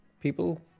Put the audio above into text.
people